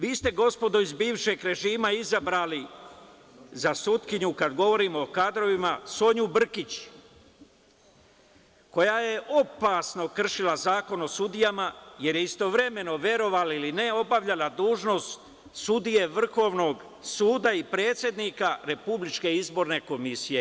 Vi ste, gospodo iz bivšeg režima, izabrali za sudkinju, kad govorim o kadrovima, Sonju Brkić, koja je opasno kršila Zakon o sudijama, jer je istovremeno, verovali ili ne, obavljala dužnost sudije Vrhovnog suda i predsednika Republičke izborne komisije.